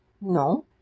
Non